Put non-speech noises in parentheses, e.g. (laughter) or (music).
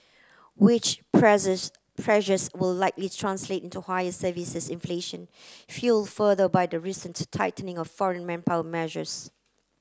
wage (unintelligible) pressures will likely translate into higher services inflation fuelled further by the recent tightening of foreign manpower measures